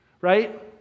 right